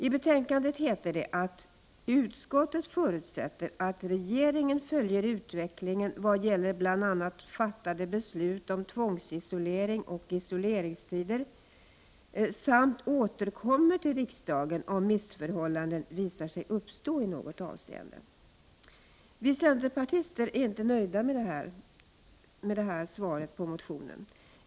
I betänkandet heter det: ”Utskottet förutsätter att regeringen följer utvecklingen vad gäller bl.a. fattade beslut om tvångsisolering och isoleringstider samt återkommer till riksdagen, om missförhållanden visar sig uppstå i något avseende.” Vi centerpartister är inte nöjda med detta svar på motionen.